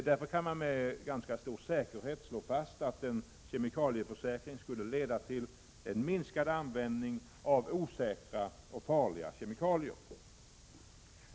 Därför kan man med ganska stor säkerhet slå fast att en kemikalieförsäkring skulle leda till minskad användning av osäkra och farliga kemikalier.